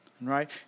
Right